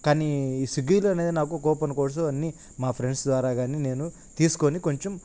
కానీ ఈ స్విగ్గీలోనే నాకు కూపన్ కోడ్సు అన్నీ మా ఫ్రెండ్స్ ద్వారా కానీ నేను తీసుకొని కొంచుం